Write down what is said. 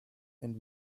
and